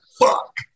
fuck